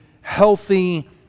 healthy